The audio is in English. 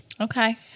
Okay